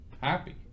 happy